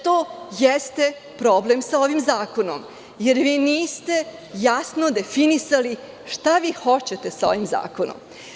To jeste problem sa ovim zakonom, jer vi niste jasno definisali šta vi hoćete sa ovim zakonom.